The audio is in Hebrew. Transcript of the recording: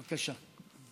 בבקשה.